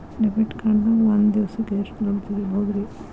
Debit card ದಾಗ ಒಂದ್ ದಿವಸಕ್ಕ ಎಷ್ಟು ದುಡ್ಡ ತೆಗಿಬಹುದ್ರಿ?